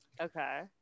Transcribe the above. Okay